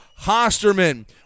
Hosterman